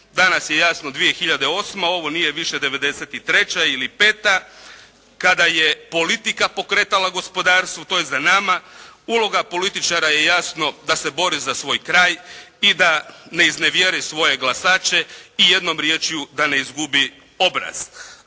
danas je jasno 2008., ovo nije više 1993. ili 1995. kada je politika pokretala gospodarstvo. To je za nama. Uloga političara je jasno da se bore za svoj kraj i da ne iznevjeri svoje glasače i jednom riječju da ne izgubi obraz.